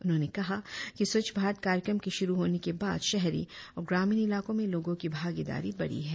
उन्होंने कहा कि स्वच्छ भारत कार्यक्रम के शुरु होने के बाद शहरी और ग्रामीण इलाकों में लोगो की भागीदारी बढ़ी है